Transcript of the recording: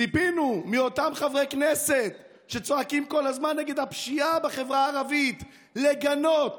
ציפינו מאותם חברי כנסת שצועקים כל הזמן נגד הפשיעה בחברה הערבית לגנות,